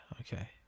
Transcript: Okay